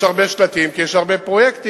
יש הרבה שלטים, כי יש הרבה פרויקטים.